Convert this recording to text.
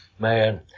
Man